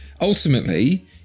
ultimately